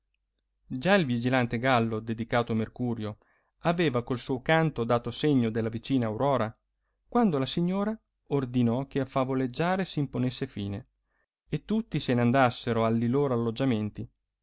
già il vigilante gallo dedicato a mercurio aveva col suo canto dato segno della vicina aurora quando la signora ordinò che al favoleggiare si imponesse fine e tutti se ne andassero alli loro alloggiamenti